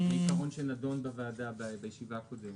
זה עיקרון שנדון בוועדה בישיבה הקודמת.